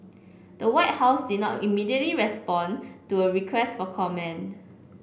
the White House did not immediately respond to a request for comment